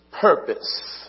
purpose